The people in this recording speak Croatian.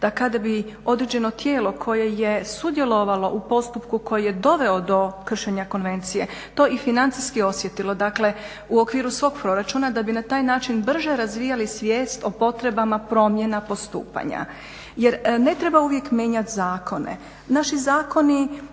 da kad bi određeno tijelo koje je sudjelovalo u postupku koji je doveo do kršenja konvencije, to i financijski osjetilo, dakle u okviru svog proračuna da bi na taj način brže razvijali svijest o potrebama promjena postupanja jer ne treba uvijek mijenjati zakone. Naši zakoni